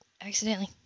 accidentally